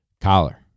collar